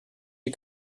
die